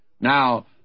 Now